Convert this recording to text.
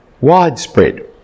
widespread